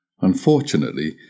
Unfortunately